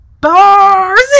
bars